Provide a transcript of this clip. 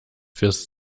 fürs